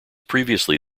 previously